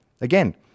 again